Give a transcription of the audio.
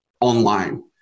online